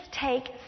take